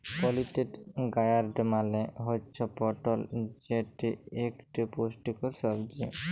পলিটেড gourd মালে হুচ্যে পটল যেটি ইকটি পুষ্টিকর সবজি